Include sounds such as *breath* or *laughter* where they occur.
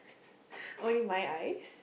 *breath* only my eyes